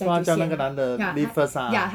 so 她叫那个男的 leave first ah